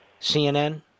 CNN